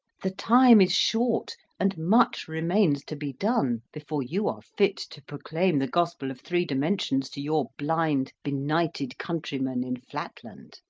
the time is short, and much remains to be done before you are fit to proclaim the gospel of three dimensions to your blind benighted countrymen in flatland.